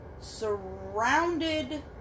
surrounded